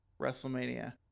Wrestlemania